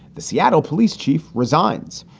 the seattle police chief resigns.